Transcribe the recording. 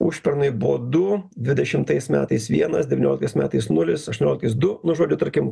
užpernai buvo du dvidešimtais metais vienas devynioliktais metais nulis aštuonioliktais du nu žodžiu tarkim